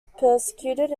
persecuted